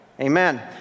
Amen